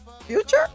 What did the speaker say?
Future